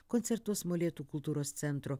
koncertuos molėtų kultūros centro